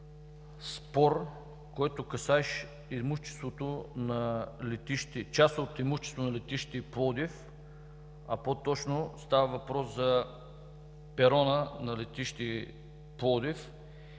спор, който касае част от имуществото на летище Пловдив, по-точно става въпрос за перона на летище Пловдив.